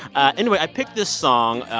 anyway, i picked this song.